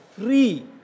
free